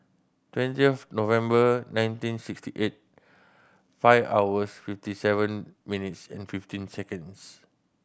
twenty of November nineteen sixty eight five hours fifty seven minutes and fifteen seconds